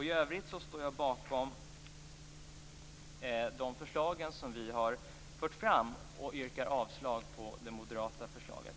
I övrigt står jag bakom de förslag som vi har fört fram, och jag yrkar avslag på det moderata förslaget.